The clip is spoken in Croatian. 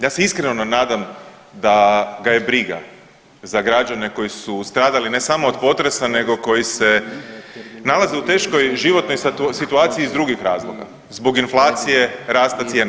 Ja se iskreno nadam da ga je briga za građane koji su stradali ne samo od potresa nego koji se nalaze u teškoj životnoj situaciji iz drugih razloga, zbog inflacije, rasta cijena.